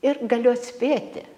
ir galiu atspėti